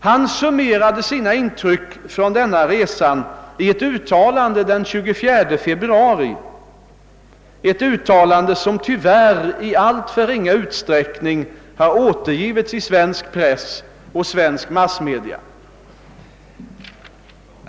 Han summerade sina intryck från denna resa i ett uttalande den 24 februari, ett uttalande som tyvärr i alltför ringa utsträckning har återgivits i svensk press och i svenska massmedia.